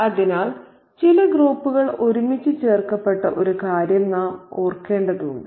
അതിനാൽ ചില ഗ്രൂപ്പുകൾ ഒരുമിച്ച് ചേർക്കപ്പെട്ട ഒരു കാര്യം നാം ഓർക്കേണ്ടതുണ്ട്